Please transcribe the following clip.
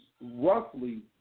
roughly